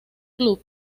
club